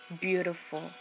beautiful